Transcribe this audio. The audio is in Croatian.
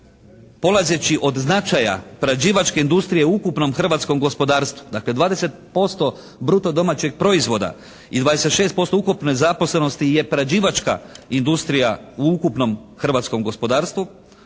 polazeći od značaja prerađivačke industrije u ukupnom hrvatskom gospodarstvu. Dakle, 20% bruto domaćeg proizvoda i 26% ukupne zaposlenosti je prerađivačka industrija u ukupnom hrvatskom gospodarstvu.